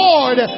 Lord